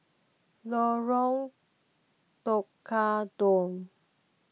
Lorong Tukang Dua